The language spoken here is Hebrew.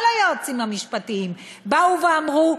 כל היועצים המשפטיים באו ואמרו: